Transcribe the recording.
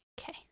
Okay